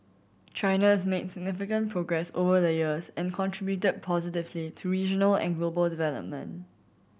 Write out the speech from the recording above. China has made significant progress over the years and contributed positively to regional and global development